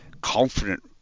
confident